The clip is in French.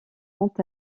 quant